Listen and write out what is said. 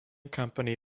company